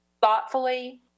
thoughtfully